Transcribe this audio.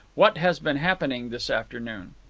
what has been happening this afternoon?